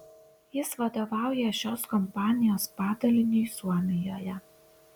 jis vadovauja šios kompanijos padaliniui suomijoje